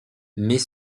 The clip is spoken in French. mais